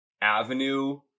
avenue